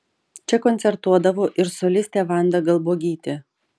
čia koncertuodavo ir solistė vanda galbuogytė